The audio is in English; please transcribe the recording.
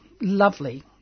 lovely